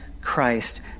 Christ